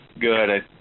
good